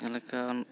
ᱡᱮᱞᱮᱠᱟ